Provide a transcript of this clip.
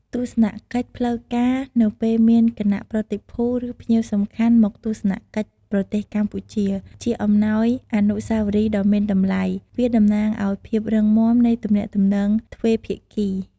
ទស្សនកិច្ចផ្លូវការនៅពេលមានគណៈប្រតិភូ ឬភ្ញៀវសំខាន់មកទស្សនកិច្ចប្រទេសកម្ពុជា ជាអំណោយអនុស្សាវរីយ៍ដ៏មានតម្លៃវាតំណាងឱ្យភាពរឹងមាំនៃទំនាក់ទំនងទ្វេភាគី។